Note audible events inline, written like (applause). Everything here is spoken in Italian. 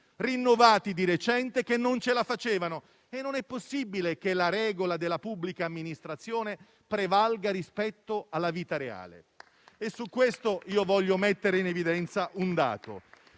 rinnovati di recente, che non ce la facevano. E non è possibile che la regola della pubblica amministrazione prevalga rispetto alla vita reale. (applause) A questo proposito voglio mettere in evidenza un dato: